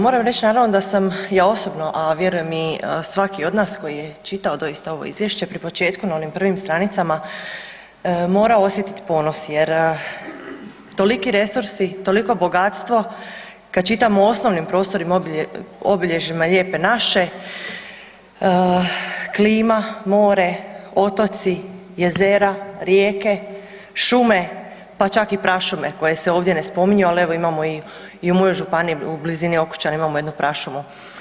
Moram reći naravno da sam ja osobno, a vjerujem i svaki od nas koji je čitao doista ovo izvješće pri početku na onim prvim stranicama mora osjetiti ponos jer toliki resursi, toliko bogatstvo kad čitam o osnovnim prostornim obilježjima lijepe naše, klima, more, otoci, jezera, rijeke, šume pa čak i prašume koje se ovdje ne spominju, ali evo imamo i u mojoj županiji u blizini Okučana imamo jednu prašumu.